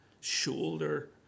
shoulder